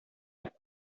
дип